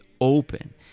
open